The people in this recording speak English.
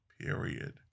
period